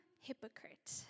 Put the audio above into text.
hypocrite